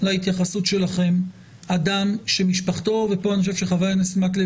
להתייחסות שלכם וכאן אני חושב שחבר הכנסת מקלב